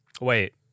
Wait